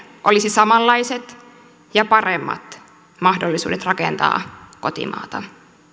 olisi samanlaiset ja paremmat mahdollisuudet rakentaa kotimaata